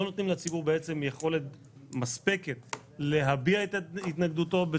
לא נותנים לציבור יכולת מספקת להביע את התנגדותו.